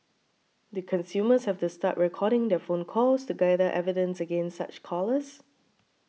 do consumers have to start recording their phone calls to gather evidence against such callers